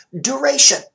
duration